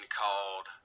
called